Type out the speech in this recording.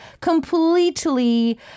completely